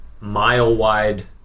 mile-wide